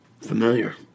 Familiar